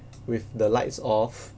with the lights off